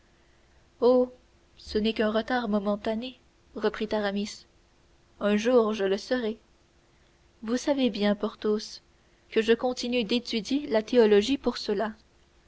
ce n'est qu'un retard momentané reprit aramis un jour je le serai vous savez bien porthos que je continue d'étudier la théologie pour cela